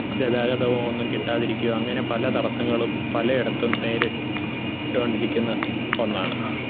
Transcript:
ഗതാഗതമോ ഒന്നും കിട്ടാതിരിക്കുകയും അങ്ങനെ പല തടസങ്ങളും പല ഇടത്തും നേരിട്ടു കൊണ്ടിരിക്കുന്ന ഒന്നാണ്